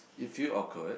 you feel awkward